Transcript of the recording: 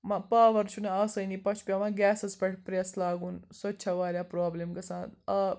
power چھُنہٕ آسٲنی پَتہٕ چھُ پیٚوان گیسَس پٮ۪ٹھ پرٛیٚس لاگُن سۄ تہِ چھ واریاہ پرابلِم گژھان آب